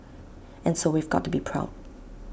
and so we've got to be proud